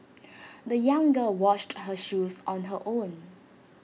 the young girl washed her shoes on her own